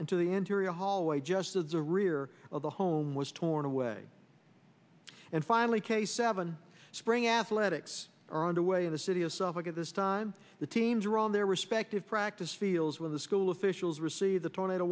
into the interior hallway just as the rear of the home was torn away and finally case seven spring athletics are underway in the city of suffolk at this time the teams are on their respective practice feels when the school officials receive the tornado